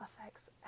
affects